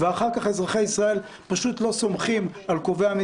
ואחר כך אזרחי ישראל פשוט לא סומכים על קובעי